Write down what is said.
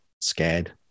scared